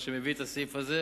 מה שמביא את הסעיף הזה